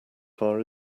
far